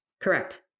Correct